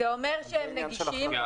זה אומר שהם נגישים.